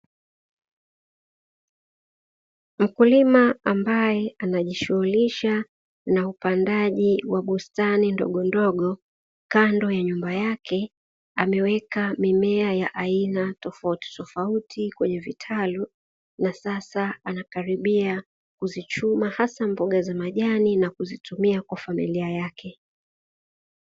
Mkulima ambaye anajishughulisha na upandaji wa bustani ndogondogo kando ya nyumba yake ameweka mimea ya aina tofautitofauti kwenye vitalu, na sasa anakaribia kuzichuma hasa mboga za majani na kuzitumia kwenye familia yake.